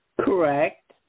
Correct